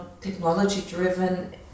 technology-driven